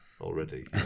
already